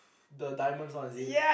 the diamonds one is it